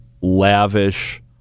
lavish